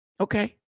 Okay